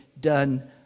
done